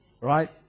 right